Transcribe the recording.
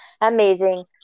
amazing